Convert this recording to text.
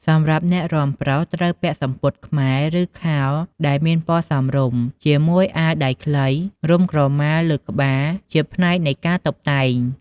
សម្រាប់អ្នករាំប្រុស ត្រូវពាក់សំពត់ខ្មែរ ឬ ខោដែលមានពណ៌សមរម្យ ជាមួយអាវដៃខ្លី រុំក្រម៉ាលើក្បាល ជាផ្នែកនៃការតុបតែង។